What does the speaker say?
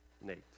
Nate